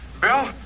Bill